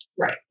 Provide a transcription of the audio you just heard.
Right